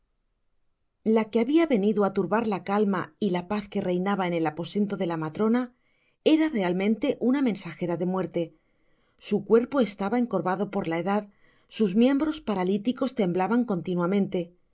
a que habia venido á turbar la calma y la paz que reinaban en el aposento de la matrona era realmente una mensagera de muerte su cuerpo estaba encorvado por la edad sus miembros paraliticos temblaban continuamente